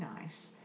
nice